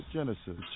Genesis